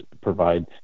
provide